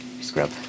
scrub